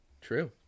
true